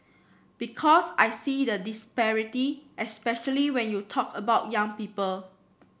because I see the disparity especially when you talk about young people